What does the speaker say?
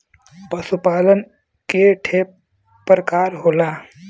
पशु पालन के ठे परकार होला